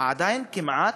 עדיין כמעט,